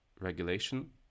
regulation